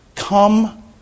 Come